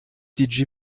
die